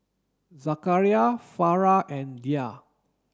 Zakaria Farah and Dhia